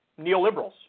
neoliberals